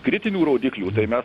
kritinių rodiklių tai mes